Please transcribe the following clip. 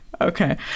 Okay